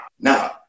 Now